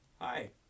Hi